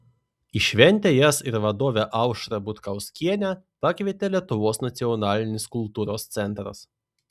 į šventę jas ir vadovę aušrą butkauskienę pakvietė lietuvos nacionalinis kultūros centras